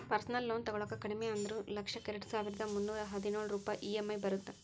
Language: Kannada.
ಪರ್ಸನಲ್ ಲೋನ್ ತೊಗೊಳಾಕ ಕಡಿಮಿ ಅಂದ್ರು ಲಕ್ಷಕ್ಕ ಎರಡಸಾವಿರ್ದಾ ಮುನ್ನೂರಾ ಹದಿನೊಳ ರೂಪಾಯ್ ಇ.ಎಂ.ಐ ಇರತ್ತ